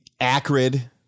Acrid